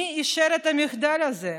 מי אישר את המחדל הזה?